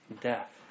death